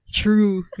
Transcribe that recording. true